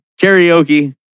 Karaoke